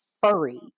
furry